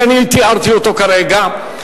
שאני תיארתי כרגע,